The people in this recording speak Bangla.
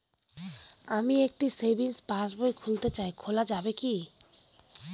আমি একটি সেভিংস পাসবই খুলতে চাই খোলা যাবে কি?